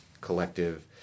collective